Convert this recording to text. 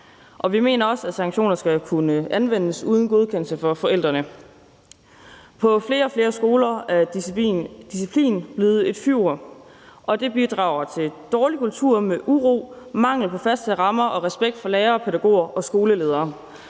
vi mener også, at sanktioner skal kunne anvendes uden godkendelse fra forældrene. På flere og flere skoler er disciplin blevet et fyord, og det bidrager til en dårlig kultur med uro, mangel på faste rammer og respekt for lærere, pædagoger og skoleledere.